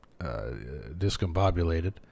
discombobulated